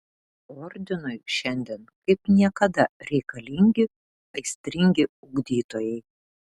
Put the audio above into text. ordinui šiandien kaip niekada reikalingi aistringi ugdytojai